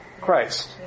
Christ